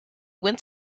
went